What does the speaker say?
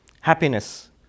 happiness